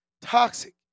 toxic